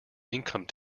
income